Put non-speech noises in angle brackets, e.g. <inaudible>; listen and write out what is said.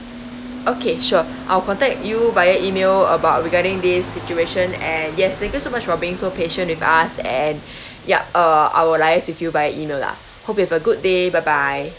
okay sure I'll contact you via email about regarding this situation and yes thank you so much for being so patient with us and <breath> yup uh I will liaise with you via email lah hope you a good day bye bye